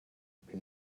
page